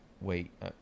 wait